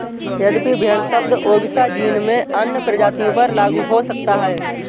यद्यपि भेड़ शब्द ओविसा जीन में अन्य प्रजातियों पर लागू हो सकता है